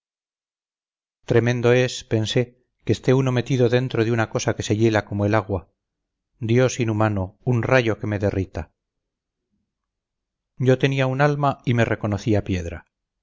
tremendo es pensé que esté uno metido dentro de una cosa que se hiela como el agua dios inhumano un rayo que me derrita yo tenía un alma y me reconocía piedra